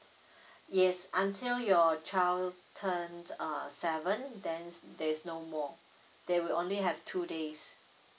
yes until your child turn uh seven then s~ there is no more there will only have two days